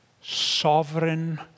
Sovereign